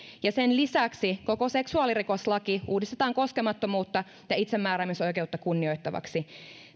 ja sen lisäksi koko seksuaalirikoslaki uudistetaan koskemattomuutta ja itsemääräämisoikeutta kunnioittavaksi